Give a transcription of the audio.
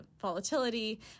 volatility